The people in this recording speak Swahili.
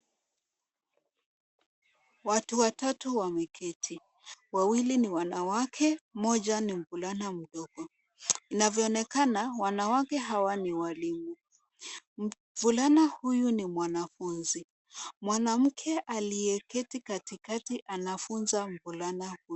Watu watatu wameketi wawili ni wanawake mmoja ni mvulana mdogo. Inavyoonekana wanawake hawa ni walimu. Mvulana huyu ni mwanfunzi. Mwanamke aliyeketi katikati anafunza mvulana huyo